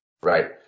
Right